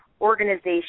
organization